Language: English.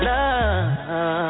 Love